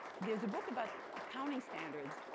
there's a book about accounting standards.